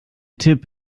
tipp